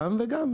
גם וגם.